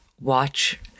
watch